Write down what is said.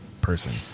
person